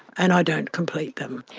and i don't complete them.